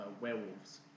werewolves